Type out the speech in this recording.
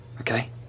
Okay